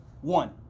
One